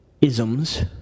isms